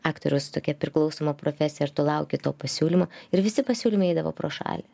aktorius tokia priklausoma profesija ir tu lauki to pasiūlymo ir visi pasiūlymai eidavo pro šalį